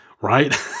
right